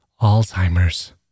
Alzheimer's